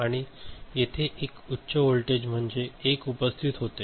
आणि येथे एक उच्च व्होल्टेज म्हणजे 1 उपस्थित होते